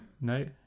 No